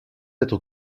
être